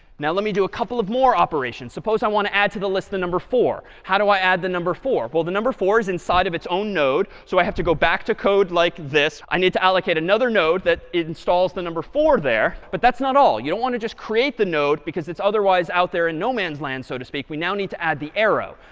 now, let me do a couple of more operations. suppose i want to add to the list the number four. how do i add the number four? well, the number four is inside of its own node. so i have to go back to code like this. i need to allocate another node that the number four there. but that's not all. you don't want to just create the node, because it's otherwise out there in no man's land, so to speak. we now need to add the arrow.